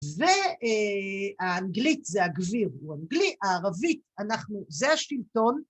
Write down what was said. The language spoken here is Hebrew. והאנגלית זה הגביר, הערבית זה השלטון